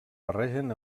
barregen